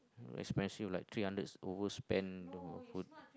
expensive like three hundreds over spent no good